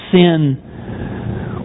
sin